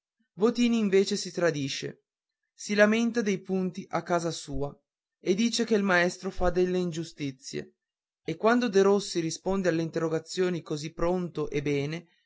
votini invece si tradisce si lamenta dei punti a casa sua e dice che il maestro fa delle ingiustizie e quando derossi risponde alle interrogazioni così pronto e bene